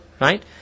Right